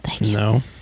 No